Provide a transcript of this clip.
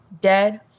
dead